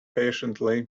patiently